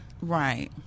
Right